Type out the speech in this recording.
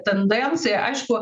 tendencija aišku